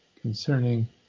concerning